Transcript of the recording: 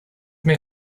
may